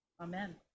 Amen